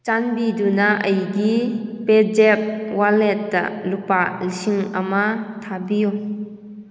ꯆꯥꯟꯕꯤꯗꯨꯅ ꯑꯩꯒꯤ ꯄꯦꯖꯦꯞ ꯋꯥꯂꯦꯠꯇ ꯂꯨꯄꯥ ꯂꯤꯁꯤꯡ ꯑꯃ ꯊꯥꯕꯤꯌꯨ